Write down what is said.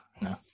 no